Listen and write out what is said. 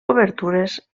obertures